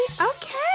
Okay